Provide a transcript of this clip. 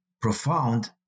profound